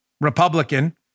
Republican